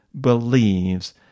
believes